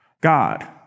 God